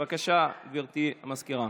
בבקשה, גברתי סגנית המזכיר.